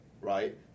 right